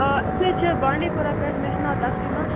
آ أسۍ حَظ چھِ بانڈی پوراہ پیٹھ مےٚ چھُ ناو تسلیٖما